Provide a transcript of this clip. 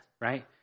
right